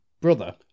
brother